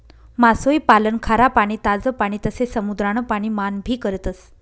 मासोई पालन खारा पाणी, ताज पाणी तसे समुद्रान पाणी मान भी करतस